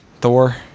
Thor